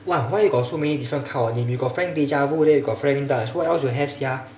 !wah! why you got so many different kind of name you got frank deja vu then you got frank dutch what else you have sia